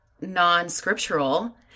non-scriptural